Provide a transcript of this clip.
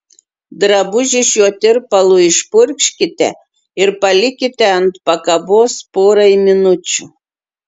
drabužį šiuo tirpalu išpurkškite ir palikite ant pakabos porai minučių